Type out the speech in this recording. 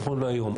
נכון להיום.